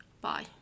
Bye